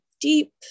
deep